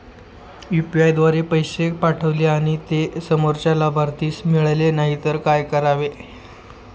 UPI द्वारे पैसे पाठवले आणि ते समोरच्या लाभार्थीस मिळाले नाही तर काय करावे?